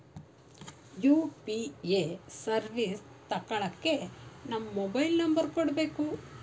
UPA service ತಕ್ಕಳ್ಳಕ್ಕೇ ನಮ್ಮ mobile number ಕೊಡಬೇಕು